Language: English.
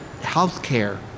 healthcare